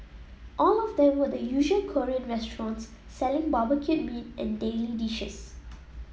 all of them were the usual Korean restaurants selling barbecued meat and daily dishes